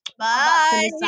Bye